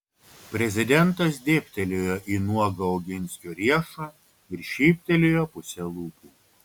prezidentas dėbtelėjo į nuogą oginskio riešą ir šyptelėjo puse lūpų